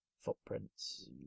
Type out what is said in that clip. footprints